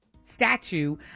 statue